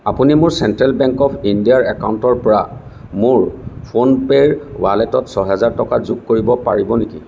আপুনি মোৰ central bank of ইণ্ডিয়াৰ একাউণ্টৰ পৰা মোৰ ফোনপে'ৰ ৱালেটত ছহাজাৰ টকা যোগ কৰিব পাৰিব নেকি